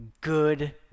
good